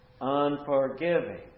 unforgiving